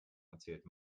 erzählt